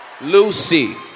Lucy